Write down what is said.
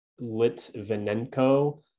Litvinenko